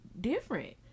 different